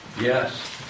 Yes